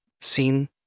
seen